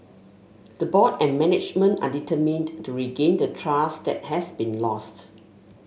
the board and management are determined to regain the trust that has been lost